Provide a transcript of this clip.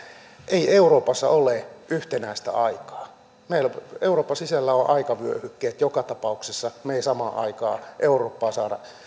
ei euroopassa ole yhtenäistä aikaa meillä euroopan sisällä on aikavyöhykkeet joka tapauksessa me emme samaa aikaa eurooppaan